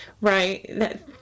right